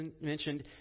mentioned